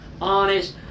honest